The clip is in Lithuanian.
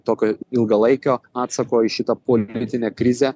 tokio ilgalaikio atsako į šitą politinę krizę